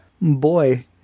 Boy